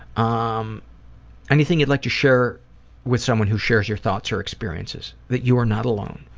um anything you'd like to share with someone who shares your thoughts or experiences? that you are not alone.